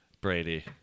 Brady